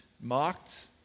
mocked